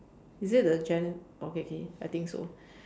is it the jen~ okay okay I think so